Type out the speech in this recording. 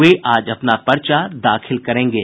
वे आज अपना पर्चा दाखिल करेंगे